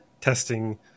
testing